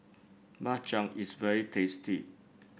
Bak Chang is very tasty